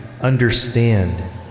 understand